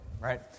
Right